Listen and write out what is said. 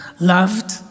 loved